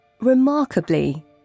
Remarkably